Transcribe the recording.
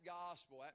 gospel